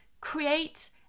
create